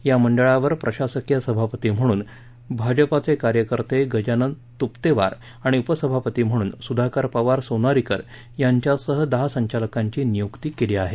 या मंडळावर प्रशासकीय सभापती म्हणून भारतीय जनता पक्षाचे कार्यकर्ते गजानन तूपेवार आणि उपसभापती म्हणून सुधाकर पवार सोनारीकर यांच्यासह दहा संचालकांची नियुक्ती केली आहे